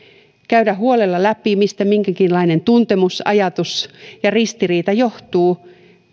käydä huolella läpi mistä minkäkinlainen tuntemus ajatus ja ristiriita johtuu